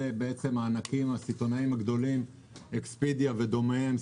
הענקים הסיטוניים הגדולים כמו אקספדיה ודומיהם,